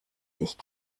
sich